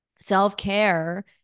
Self-care